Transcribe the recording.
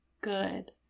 good